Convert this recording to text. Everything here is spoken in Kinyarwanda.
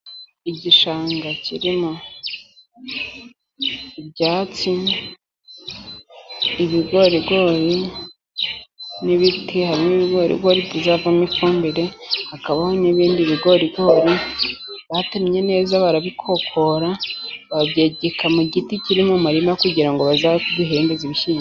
Igishanga kirimo, ibyatsi ibigorigori, n'ibiti hari n'ibigorigori bizavamo ifumbire, hakabaho n'ibindi bigorigori batemye neza, barabikokora, babyegeka mu giti kiri mu murima kugira ngo baza bihembeze, ibishyimbo.